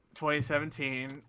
2017